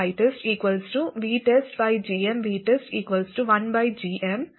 അതിനാൽ Rout VTESTITEST VTESTgmVTEST 1gm